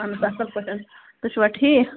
اَہن حَظ اَصٕل پٲٹھٮ۪ن تُہۍ چھِوا ٹھیٖک